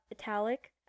italic